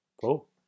Cool